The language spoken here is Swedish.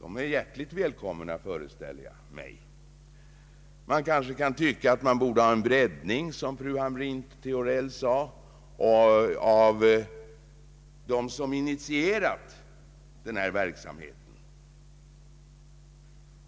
De är hjärtligt välkomna, föreställer jag mig. Man kan kanske tycka — som fru Hamrin-Thorell sade — att en utökning borde ske av det antal personer som initierat denna verksamhet